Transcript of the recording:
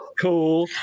Cool